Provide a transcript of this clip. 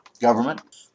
government